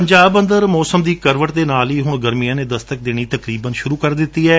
ਪੰਜਾਬ ਅੰਦਰ ਮੌਸਮ ਦੀ ਕਰਵਟ ਦੇ ਨਾਲ ਹੀ ਹੁਣ ਗਰਮੀਆਂ ਨੇ ਦਸਤਕ ਦੇਣੀ ਤਕਰੀਬਨ ਸੁਰੁ ਕਰ ਦਿੱਤੀ ਏ